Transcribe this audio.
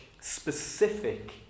specific